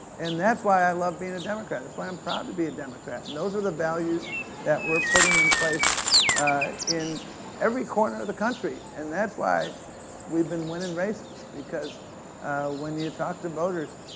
and that's why i love being a democrat. that's why i'm proud to be a democrat. and those are the values that we're putting in place in every corner of the country. and that's why we've been winnin' races because when you talk to voters,